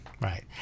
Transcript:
Right